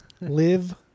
Live